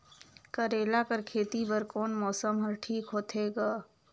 करेला कर खेती बर कोन मौसम हर ठीक होथे ग?